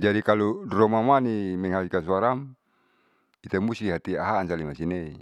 Jadi kalo dromamani menghasilkan suaraam ita musti atihaan salinee